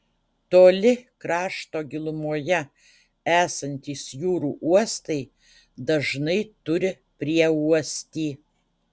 toli krašto gilumoje esantys jūrų uostai dažnai turi prieuostį